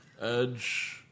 Edge